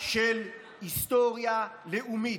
של היסטוריה לאומית.